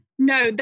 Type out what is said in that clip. No